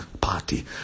party